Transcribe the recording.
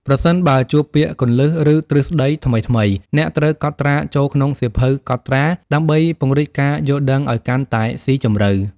ប្រសិនបើជួបពាក្យគន្លឹះ ឬទ្រឹស្ដីថ្មីៗ អ្នកត្រូវកត់ត្រាចូលក្នុងសៀវភៅកត់ត្រា ដើម្បីពង្រីកការយល់ដឹងឱ្យកាន់តែស៊ីជម្រៅ។